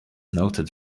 noted